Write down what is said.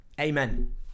Amen